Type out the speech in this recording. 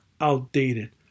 outdated